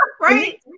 right